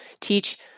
teach